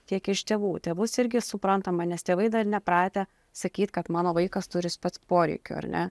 tiek iš tėvų tėvus irgi suprantama nes tėvai dar nepratę sakyt kad mano vaikas turi spec poreikių ar ne